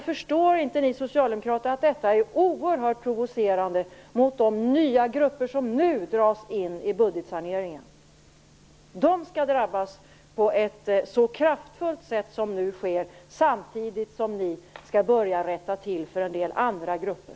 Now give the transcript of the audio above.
Förstår inte Socialdemokraterna att detta är oerhört provocerande mot de nya grupper som nu dras in i budgetsaneringen? Skall de drabbas på ett så kraftfullt sätt som nu sker samtidigt som Socialdemokraterna börjar rätta till saker och ting för en del andra grupper?